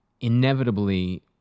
inevitably